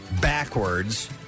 backwards